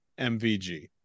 MVG